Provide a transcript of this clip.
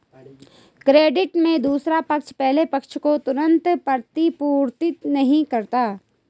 credit में दूसरा पक्ष पहले पक्ष को तुरंत प्रतिपूर्ति नहीं करता है